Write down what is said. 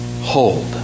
hold